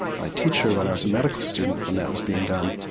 my teacher when i was a medical student when that was being done,